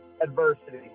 Adversity